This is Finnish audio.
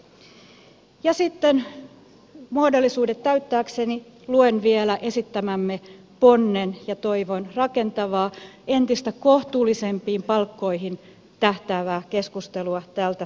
sitten muodollisuudet täyttääkseni luen vielä esittämämme ponnen ja toivon rakentavaa entistä kohtuullisempiin palkkoihin tähtäävää keskustelua tältä salilta